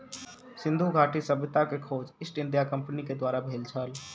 सिंधु घाटी सभ्यता के खोज ईस्ट इंडिया कंपनीक द्वारा भेल छल